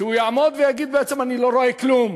שהוא יעמוד ויגיד, בעצם, אני לא רואה כלום.